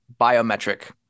biometric